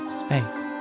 space